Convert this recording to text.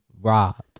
robbed